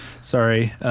Sorry